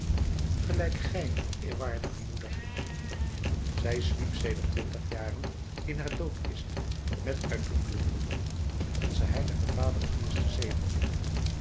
gelijk gij eerwaardige moeder zij sliep sedert twintig jaren in haar doodkist met uitdrukkelijk verlof van onzen heiligen vader pius